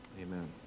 amen